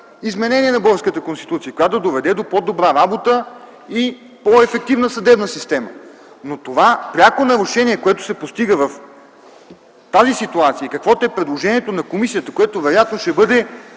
изменение на българската Конституция, което да доведе до по-добра работа и по-ефективна съдебна система. Това пряко нарушение, което се постига в тази ситуация, каквото е предложението на комисията, което вероятно ще бъде